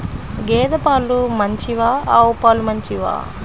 గేద పాలు మంచివా ఆవు పాలు మంచివా?